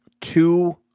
two